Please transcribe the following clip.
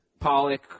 Pollock